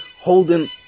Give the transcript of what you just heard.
holding